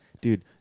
dude